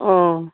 অঁ